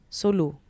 solo